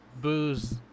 booze